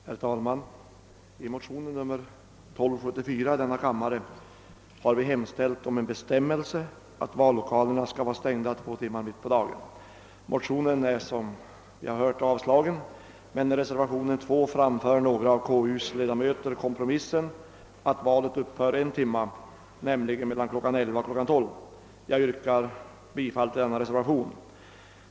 Herr talman! I motionen II: 1274 har vi hemställt om en bestämmelse att vallokalerna skall vara stängda två timmar mitt på dagen. Som bekant har motionen avstyrkts, men i reservationen 2 framför några av konstitutionsutskottets ledamöter kompromissförslaget att valet skall upphöra en timme, nämligen kl. 11—212. Jag yrkar bifall till denna reservation.